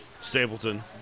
Stapleton